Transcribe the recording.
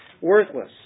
worthless